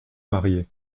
mariée